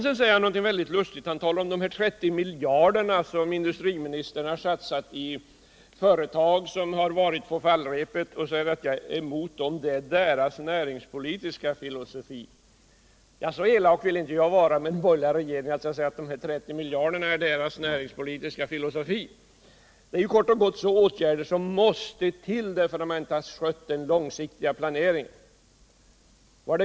Sedan säger han något mycket lustigt. Han talar om de 30 miljarderna som industriministern har satsat i företag som har varit på fallrepet och säger att jag är emot den satsningen, som är regeringens näringspolitiska filosofi. Så elak vill jag inte vara mot den borgerliga regeringen att jag säger att de 30 miljarderna är deras näringspolitiska filosofi. Det är ju kort och gott en åtgärd som måste till, eftersom man inte har skött den långsiktiga planeringen.